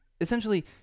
essentially